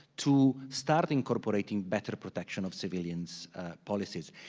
to start incorporating better protection of civilians policies,